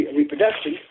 reproduction